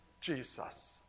Jesus